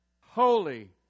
holy